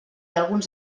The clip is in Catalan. alguns